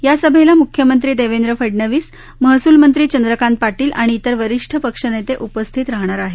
या सभेला मुख्यमंत्री देवेंद्र फडनवीस महसूल मंत्री चंद्रकांत पाटील आणि इतर वरीष्ठ पक्षनेते उपस्थित राहणार आहेत